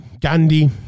Gandhi